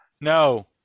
No